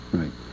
right